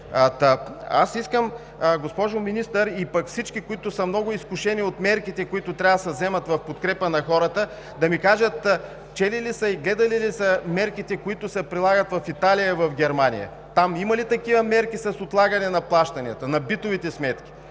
Аз искам, госпожо Министър, и всички, които са много изкушени от мерките, които трябва да се вземат в подкрепа на хората, да ми кажат: чели ли са и гледали ли са мерките, които се прилагат в Италия и в Германия? Там има ли такива мерки с отлагане на плащанията – на битовите сметки,